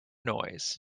noise